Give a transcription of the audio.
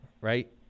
right